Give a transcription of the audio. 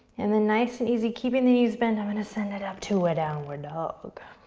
and then nice and easy, keeping the knees bent, i'm going to send that up to a downward dog.